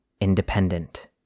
independent